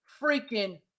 freaking